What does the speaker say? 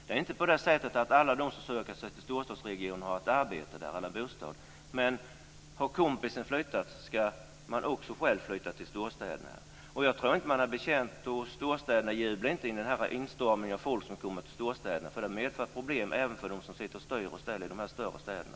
Det är inte på det sättet att alla de som söker sig till storstadsregionen har ett arbete eller en bostad. Men har kompisen flyttat ska man också själv flytta till storstäderna. Storstäderna jublar inte över instormningen av människor som kommer till storstäderna. Det medför problem även för dem som styr och ställer i de större städerna.